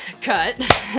Cut